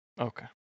Okay